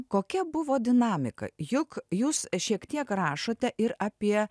kokia buvo dinamika juk jūs šiek tiek rašote ir apie